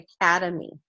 Academy